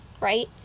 right